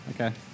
Okay